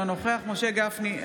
אינו נוכח משה גפני,